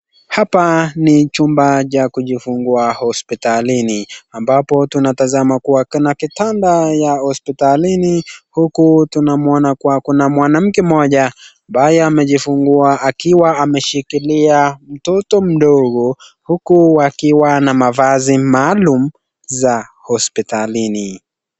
Hapa ni chumba cha kujifungua hospitalini ambapo tunatazama kuwa kuwa kuna kitanda cha hospitalini, huku tunamuona kuna mwanamke mmoja mabaye amejifungua. Amemshika mtoto mdogo huku akiwa amevaa mavazi maalum ya hospitalini.